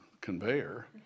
conveyor